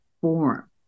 form